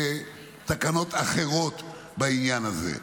תקנות אחרות בעניין הזה,